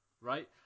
right